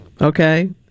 okay